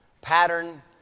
pattern